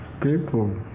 people